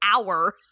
hour